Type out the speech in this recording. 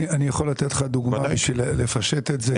אני יכול לתת לך דוגמה בשביל לפשט את זה?